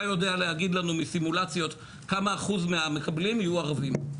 אתה יודע להגיד לנו מסימולציות כמה אחוז מהמקבלים יהיו ערבים.